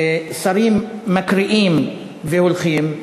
שרים מקריאים והולכים,